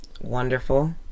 wonderful